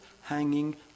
hanging